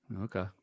okay